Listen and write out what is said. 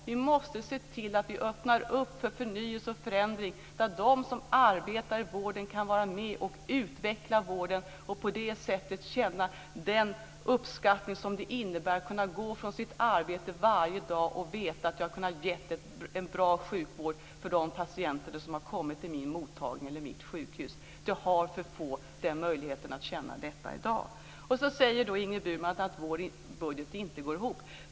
Vi måste se till att öppna för förnyelse och förändring för att de som arbetar i vården ska kunna vara med och utveckla vården och på det sättet känna uppskattning, som det innebär att gå från sitt arbete varje dag och veta att man har kunnat ge en bra sjukvård för de patienter som har kommit till deras mottagning eller sjukhus. Det är för få som har möjlighet att känna detta i dag. Ingrid Burman säger att vår budget inte går ihop.